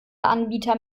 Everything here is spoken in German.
anbieter